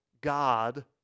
God